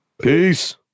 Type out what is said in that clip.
Peace